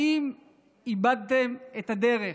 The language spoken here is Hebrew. האם איבדתם את הדרך?